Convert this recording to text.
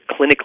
clinically